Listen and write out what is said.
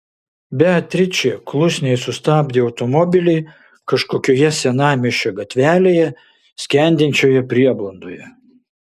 beatričė klusniai sustabdė automobilį kažkokioje senamiesčio gatvelėje skendinčioje prieblandoje